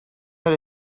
that